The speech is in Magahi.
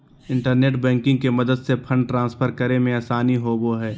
इंटरनेट बैंकिंग के मदद से फंड ट्रांसफर करे मे आसानी होवो हय